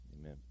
Amen